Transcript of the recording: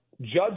judge